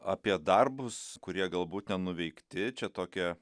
apie darbus kurie galbūt nenuveikti čia tokia